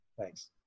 Thanks